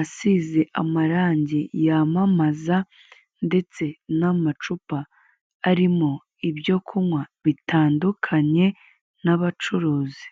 asize amarangi yamamaza; ndetse n'amacupa arimo ibyo kunywa bitandukanye n'abacuruzi.